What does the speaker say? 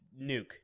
nuke